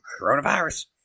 Coronavirus